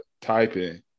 typing